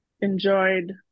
enjoyed